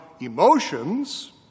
emotions